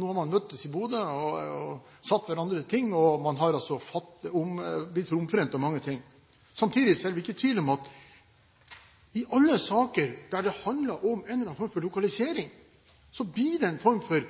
man har møttes i Bodø og blitt omforent om mange saker. Samtidig er det vel ikke tvil om at i alle saker der det handler om en eller annen form for lokalisering, blir det en form for